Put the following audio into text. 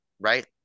right